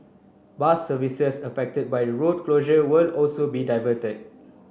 bus services affected by the road closures will also be diverted